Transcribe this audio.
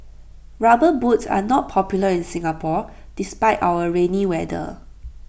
rubber boots are not popular in Singapore despite our rainy weather